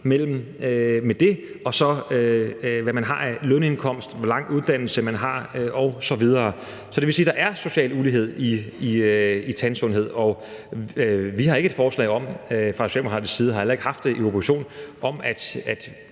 mellem det, og så hvad man har af lønindkomst, og hvor lang en uddannelse man har osv. Så det vil sige, at der er en social ulighed i tandsundhed, og vi har ikke et forslag om fra socialdemokratisk side – og vi har heller ikke haft det i opposition – at